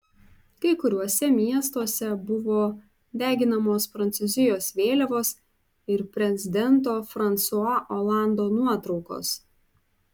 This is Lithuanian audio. kai kuriuose miestuose buvo deginamos prancūzijos vėliavos ir prezidento fransua olando nuotraukos